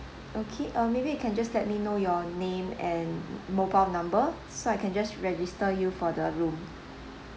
okay uh maybe you can just let me know your name and mobile number so I can just register you for the room